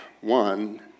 one